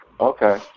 Okay